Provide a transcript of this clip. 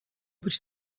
być